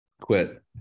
quit